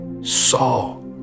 saw